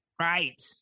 Right